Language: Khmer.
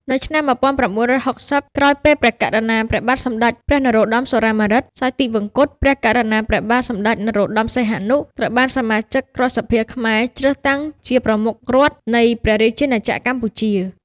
នៅឆ្នាំ១៩៦០ ក្រោយពេលព្រះករុណា ព្រះបាទសម្ដេចព្រះនរោត្តម សុរាម្រិត សោយទិវង្គត ព្រះករុណា ព្រះបាទសម្ដេចព្រះនរោត្តម សីហនុ ត្រូវបានសមាជិករដ្ឋសភាខ្មែរជ្រើសតាំងជាព្រះប្រមុខរដ្ឋនៃព្រះរាជាណាចក្រកម្ពុជា។